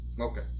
Okay